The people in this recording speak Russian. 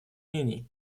мнений